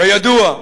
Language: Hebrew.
כידוע,